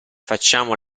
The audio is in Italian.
facciamo